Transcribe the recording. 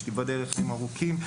שתיבדל לחיים ארוכים,